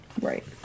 Right